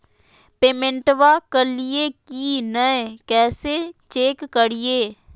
पेमेंटबा कलिए की नय, कैसे चेक करिए?